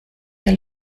der